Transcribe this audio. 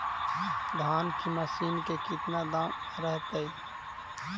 धान की मशीन के कितना दाम रहतय?